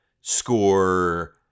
score